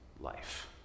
life